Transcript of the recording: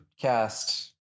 cast